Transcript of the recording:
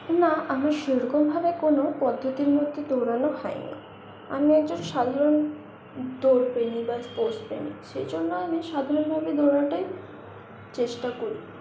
না আমার সেরকমভাবে কোন পদ্ধতির মধ্যে দৌড়ানো হয়নি আমি একজন সাধারণ দৌড়প্রেমী বা স্পোর্টসপ্রেমীক সেই জন্য আমি সাধারণভাবে দৌড়ানোটাই চেষ্টা করি